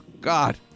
God